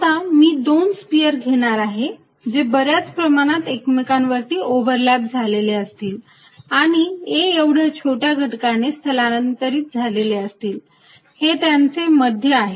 आता मी दोन स्पियर घेणार आहे जे बऱ्याच प्रमाणात एकमेकांवरती ओव्हरलॅप झालेले असतील आणि a एवढ्या छोट्या घटकाने स्थलांतरित झालेली असतील हे त्यांचे मध्य आहेत